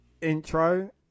intro